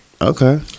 Okay